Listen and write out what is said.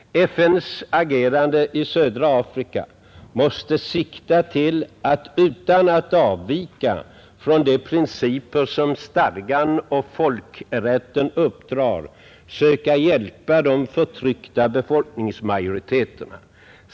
FN:s agerande i södra Afrika måste sikta till att utan att avvika från de principer som stadgan och folkrätten uppdrar söka hjälpa de förtryckta befolkningsmajoriteterna.